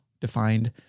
defined